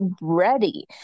ready